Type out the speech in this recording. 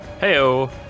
Heyo